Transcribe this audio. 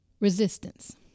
resistance